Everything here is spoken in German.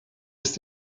ist